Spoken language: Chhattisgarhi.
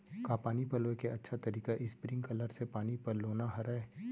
का पानी पलोय के अच्छा तरीका स्प्रिंगकलर से पानी पलोना हरय?